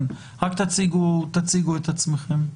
אנא הציגו את עצמכם.